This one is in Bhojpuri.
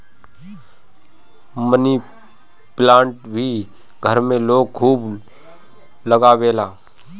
मनी प्लांट भी घर में लोग खूब लगावेला